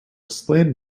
explain